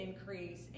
increase